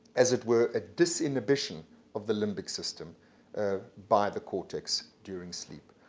as it were, a disinhibition of the limbic system by the cortex during sleep.